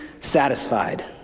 satisfied